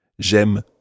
J'aime